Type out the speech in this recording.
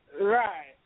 Right